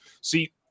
See